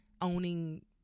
owning